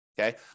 Okay